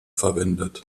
verwendet